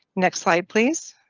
next slide please.